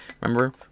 remember